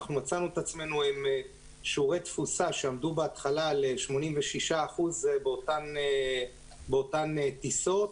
מצאנו את עצמנו עם שיעורי תפוסה שעמדו בהתחלה על 86% באותן טיסות,